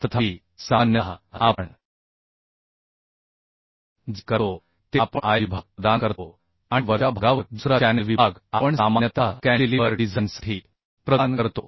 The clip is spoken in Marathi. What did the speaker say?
तथापि सामान्यतः आपण जे करतो ते आपण I विभाग प्रदान करतो आणि वरच्या भागावर दुसरा चॅनेल विभाग आपण सामान्यतः कॅन्टिलीव्हर डिझाइनसाठी प्रदान करतो